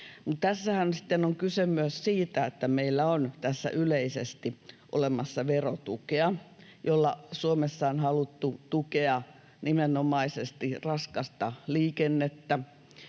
sitten on kyse myös siitä, että meillä on tässä yleisesti olemassa verotukea, jolla Suomessa on haluttu tukea nimenomaisesti raskasta liikennettä,